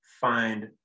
find